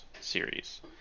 series